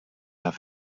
have